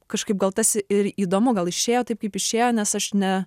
kažkaip gal tas ir įdomu gal ir išėjo taip kaip išėjo nes aš ne